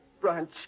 branch